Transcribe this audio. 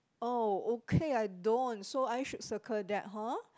oh okay I don't so I should circle that hor